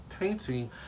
painting